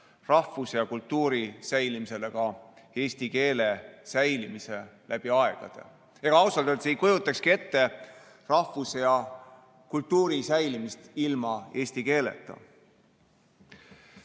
rahvuse ja kultuuri säilimisele ka eesti keele säilimise läbi aegade. Ega ausalt öeldes ei kujutakski ette rahvuse ja kultuuri säilimist ilma eesti keeleta. Ühest